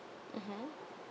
mmhmm